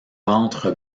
ventre